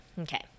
Okay